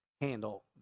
handle